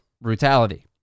brutality